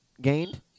gained